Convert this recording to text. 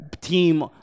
team